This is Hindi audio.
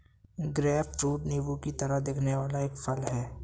ग्रेपफ्रूट नींबू की तरह दिखने वाला एक फल है